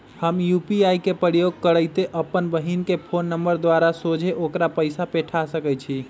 हम यू.पी.आई के प्रयोग करइते अप्पन बहिन के फ़ोन नंबर द्वारा सोझे ओकरा पइसा पेठा सकैछी